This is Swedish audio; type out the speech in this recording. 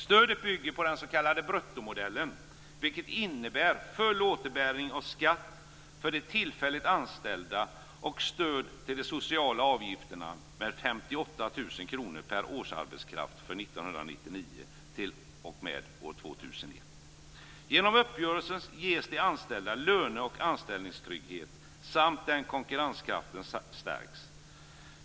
Stödet bygger på den s.k. bruttomodellen, vilket innebär full återbäring av skatt för de tillfälligt anställda och stöd till de sociala avgifterna med 58 000 kr per årsarbetskraft från 1999 t.o.m. 2001. Genom uppgörelsen ges de anställda löne och anställningstrygghet samtidigt som konkurrenskraften stärks.